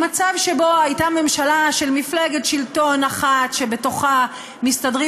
ממצב שבו הייתה ממשלה של מפלגת שלטון אחת שבתוכה מסתדרים